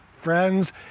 Friends